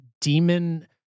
demon